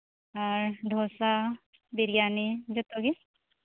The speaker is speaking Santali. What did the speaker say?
ᱟᱨ ᱫᱷᱳᱥᱟ ᱵᱤᱨᱭᱟᱱᱤ ᱡᱚᱛᱚᱜᱮ